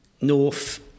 North